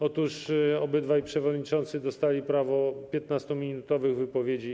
Otóż obydwaj przewodniczący dostali prawo 15-minutowych wypowiedzi.